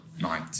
night